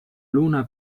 luna